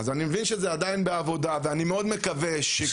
אני מבין שזה עדיין בעבודה ואני מקווה מאוד